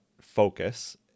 focus